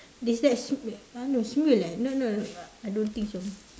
they like !huh! no leh no no I don't think so